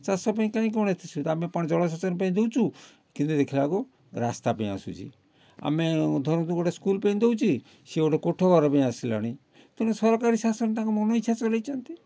ଚାଷ ପାଇଁ କାଇଁ କ'ଣଏତେ ସୁବିଧା ଆମେ କ'ଣ ଜଳ ସେଚନ ପାଇଁ ଦେଉଛୁ କିନ୍ତୁ ଦେଖିଲା ଆଳକୁ ରାସ୍ତା ପାଇଁ ଆସୁଛି ଆମେ ଧରନ୍ତୁ ଗୋଟେ ସ୍କୁଲ୍ ପାଇଁ ଦେଉଛି ସିଏ ଗୋଟେ କୋଠଘର ପାଇଁ ଆସିଲାଣି ତେଣୁ ସରକାରୀ ଶାସନ ତାଙ୍କ ମନଇଛା ଚଲେଇଛନ୍ତି